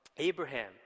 Abraham